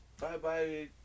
Bye-bye